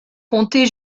compté